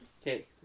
Okay